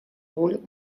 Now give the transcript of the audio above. роль